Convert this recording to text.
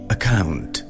Account